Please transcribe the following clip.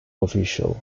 official